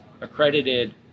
accredited